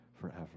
forever